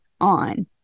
on